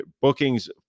bookings